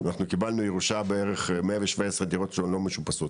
אנחנו קיבלנו ירושה בערך 117 דירות שהן לא משופצות